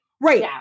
Right